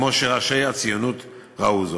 כמו שראשי הציונות ראו זאת.